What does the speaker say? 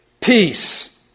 Peace